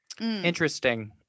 Interesting